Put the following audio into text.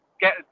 get